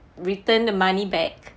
return the money back